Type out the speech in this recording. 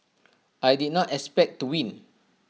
I did not expect to win